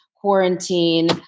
Quarantine